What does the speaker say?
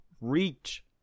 reach